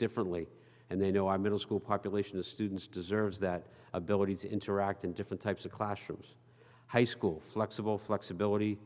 differently and they know our middle school population the students deserve that ability to interact in different types of classrooms high school flexible flexibility